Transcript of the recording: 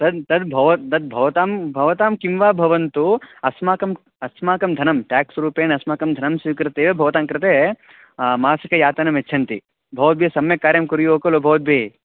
तद् तद् भवद् तद् भवतां भवतां किं वा भवन्तु अस्माकम् अस्माकं धनं टेक्स् रूपेण अस्माकं धनं स्वीकृत्य एव भवतां कृते मासिकवेतनं यच्छन्ति भवद्भिः सम्यक् कार्यं कुर्युः कलु बवद्बिः